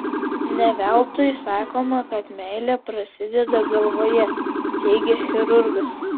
ne veltui sakoma kad meilė prasideda galvoje teigia chirurgas